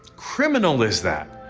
criminal is that?